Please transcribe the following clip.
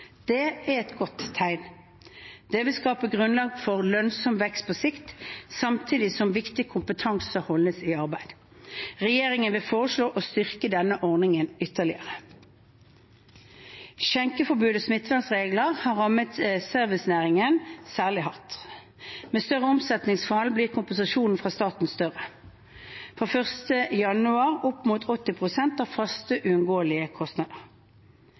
Det er et godt tegn. Det vil skape grunnlag for lønnsom vekst på sikt, samtidig som viktig kompetanse holdes i arbeid. Regjeringen vil foreslå å styrke denne ordningen ytterligere. Skjenkeforbud og smittevernregler har rammet serveringsnæringen særlig hardt. Med større omsetningsfall blir kompensasjonen fra staten større, fra 1. januar opp mot 80 pst. av faste uunngåelige kostnader.